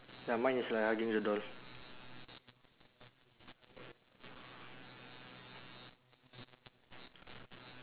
ya mine is like hugging the doll